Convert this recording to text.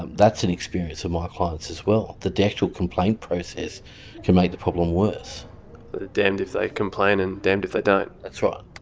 um that's an experience of my clients as well, that the actual complaint process can make the problem worse. they're damned if they complain and damned if they don't? that's right.